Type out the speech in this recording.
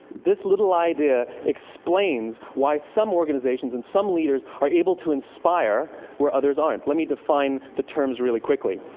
this little idea explains why some organizations and some leaders are able to inspire where others aren't. let me define the terms really quickly.